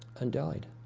and died.